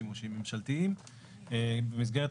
בתכנית לשימושים ממשלתיים ולצורכי ציבור אחרים,